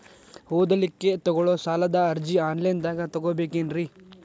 ಓದಲಿಕ್ಕೆ ತಗೊಳ್ಳೋ ಸಾಲದ ಅರ್ಜಿ ಆನ್ಲೈನ್ದಾಗ ತಗೊಬೇಕೇನ್ರಿ?